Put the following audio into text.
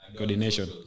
Coordination